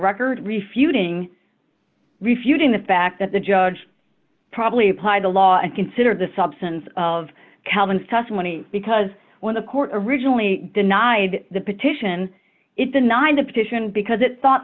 record refuting refuting the fact that the judge probably apply the law and consider the substance of calvin's testimony because when the court originally denied the petition it denied the petition because it thought